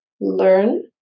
Learn